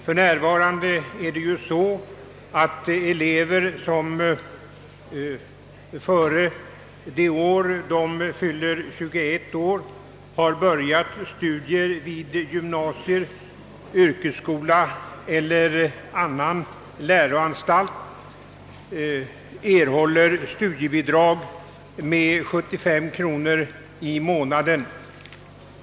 För närvarande är det så, att elever som före det år de fyller 21 år börjar sina studier vid gymnasier, yrkesskolor och en del andra utbildningsanstalter erhåller studiebidrag med 75 kronor i månaden.